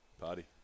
party